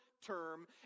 Term